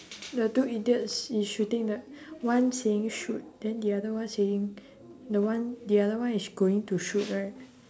the two idiots is shooting right one is seeing him shoot then the other one is seeing the one the other one is going to shoot right